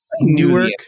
Newark